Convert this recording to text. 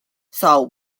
saw